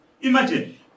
Imagine